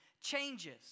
changes